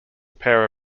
pair